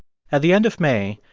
at the end of may,